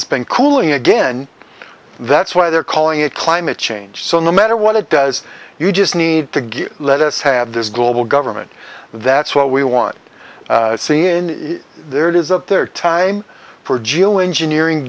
it's been cooling again that's why they're calling it climate change so no matter what it does you just need to get let us have this global government that's what we want to see in there it is up there time for geo engineering